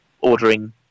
ordering